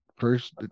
first